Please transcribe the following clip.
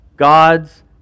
God's